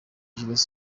jules